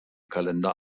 kalender